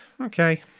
okay